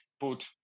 put